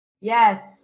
Yes